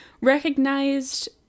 recognized